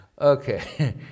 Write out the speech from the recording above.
Okay